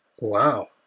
Wow